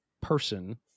person